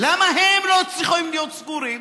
למה הם לא צריכים להיות סגורים?